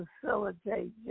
facilitate